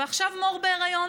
ועכשיו מור בהיריון